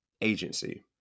agency